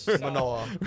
Manoa